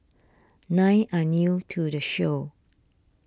nine are new to the show